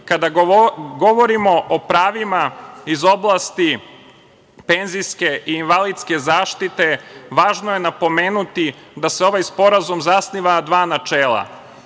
govorimo o pravima iz oblasti penzijske i invalidske zaštite važno je napomenuti da se ovaj sporazum zasniva na dva načela.